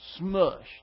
smushed